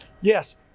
Yes